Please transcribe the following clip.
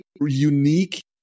unique